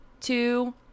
two